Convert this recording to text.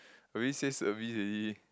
already say service already